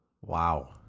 Wow